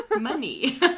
money